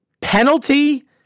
Penalty